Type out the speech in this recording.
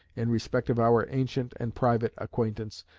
in respect of our ancient and private acquaintance,